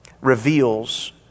reveals